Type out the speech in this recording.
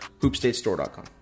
hoopstateStore.com